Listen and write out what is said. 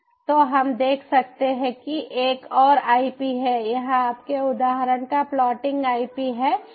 तो हम देख सकते हैं कि एक और आई पी है यह आपके उदाहरण का फ्लोटिंग आई पी है